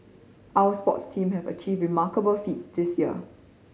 our sports team have achieved remarkable feats this year